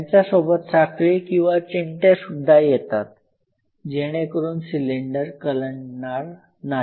यांच्यासोबत साखळी किंवा चिमटे सुद्धा येतात जेणेकरून सिलेंडर कलंडणार नाही